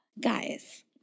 guys